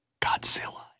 Godzilla